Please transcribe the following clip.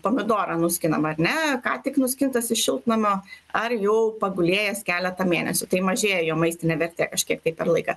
pomidorą nuskinam ar ne ką tik nuskintas iš šiltnamio ar jau pagulėjęs keletą mėnesių tai mažėja jo maistinė vertė kažkiek tai per laiką